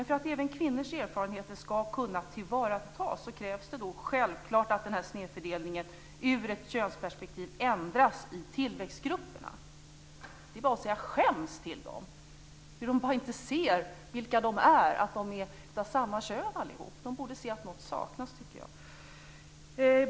För att även kvinnors erfarenheter ska kunna tillvaratas krävs det självklart att snedfördelningen ur ett könsperspektiv ändras i tillväxtgrupperna. Det är bara att säga till dem: "Skäms!" De ser inte att de är alla av samma kön. De borde se att något saknas.